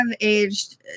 aged